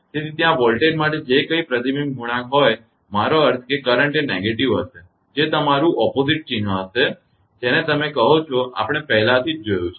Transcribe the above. તેથી ત્યાં વોલ્ટેજ માટે જે કાંઈ પ્રતિબિંબ ગુણાંક હોય મારો અર્થ કરંટ એ નકારાત્મક હશે જે તમારું વિરુધ્ધ ચિહ્ન હશે જેને તમે કહો છો તે આપણે પહેલાથી જ જોયું છે